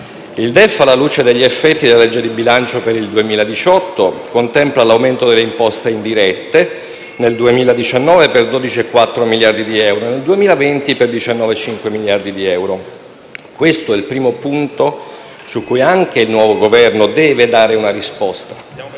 il DEF, la luce degli effetti della legge di bilancio per il 2018 contempla l'aumento delle imposte indirette nel 2019 per 12,4 miliardi di euro e nel 2020 per 19,5 miliardi di euro. Questo è il primo punto su cui anche il nuovo Governo deve dare una risposta,